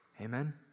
Amen